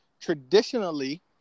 traditionally